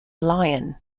lion